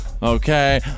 Okay